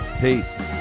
Peace